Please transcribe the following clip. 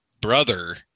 Brother